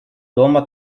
дома